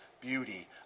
beauty